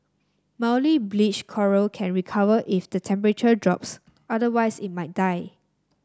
mildly bleached coral can recover if the temperature drops otherwise it may die